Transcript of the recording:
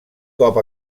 cop